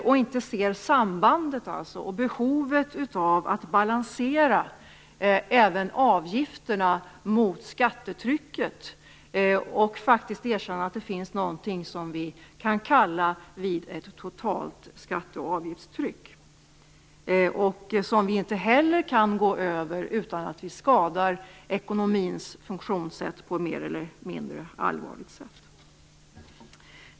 Man ser inte sambandet och behovet av att balansera även avgifterna mot skattetrycket och faktiskt erkänna att det finns någonting som vi kan kalla ett totalt skatte och avgiftstryck. Det kan vi inte heller gå över utan att skada ekonomins funktionssätt på ett mer eller mindre allvarligt sätt.